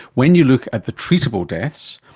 when you look at the treatable deaths,